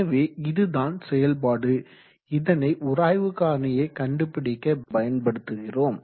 எனவே இதுதான் செயல்பாடு இதனை உராய்வு காரணியை கண்டுபிடிக்க பயன்படுத்துகிறோம்